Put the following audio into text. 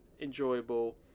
enjoyable